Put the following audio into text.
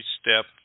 step